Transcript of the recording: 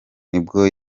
nibwo